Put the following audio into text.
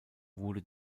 wurde